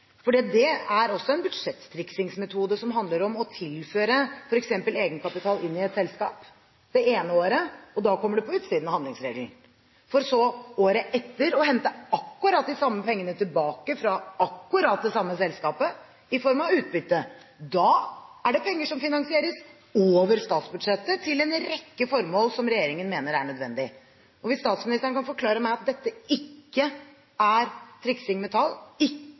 det er også en budsjettriksingsmetode, som handler om å føre f.eks. egenkapital inn i et selskap det ene året – og da kommer det på utsiden av handlingsregelen – for så året etter å hente akkurat de samme pengene tilbake fra akkurat det samme selskapet, i form av utbytte. Da er det penger – som finansieres over statsbudsjettet – til en rekke formål som regjeringen mener er nødvendige. Hvis statsministeren kan forklare meg hvorfor dette ikke er triksing med tall,